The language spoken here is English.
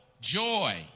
joy